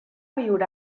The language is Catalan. viure